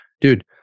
dude